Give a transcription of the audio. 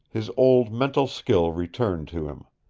his old mental skill returned to him.